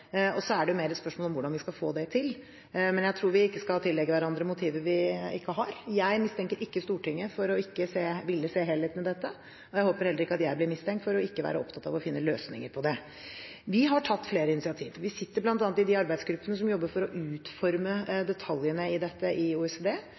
Så er det mer et spørsmål om hvordan vi skal få det til. Men jeg tror ikke vi skal tillegge hverandre motiver vi ikke har. Jeg mistenker ikke Stortinget for ikke å ville se helheten i dette, og jeg håper at heller ikke jeg blir mistenkt for ikke å være opptatt av å finne løsninger på det. Vi har tatt flere initiativer. Vi sitter bl.a. i de arbeidsgruppene som jobber for å utforme